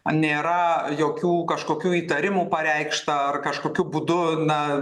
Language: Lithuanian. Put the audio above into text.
nėra jokių kažkokių įtarimų pareikšta ar kažkokiu būdu na